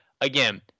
again